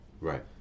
right